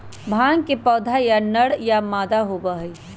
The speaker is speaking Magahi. भांग के पौधा या नर या मादा होबा हई